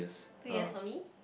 two years for me